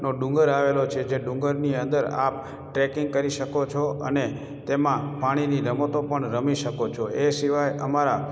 નો ડુંગર આવેલો છે જે ડુંગરની અંદર આપ ટ્રૅકિંગ કરી શકો છો અને તેમાં પાણીની રમતો પણ રમી શકો છો એ સિવાય અમારાં